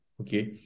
Okay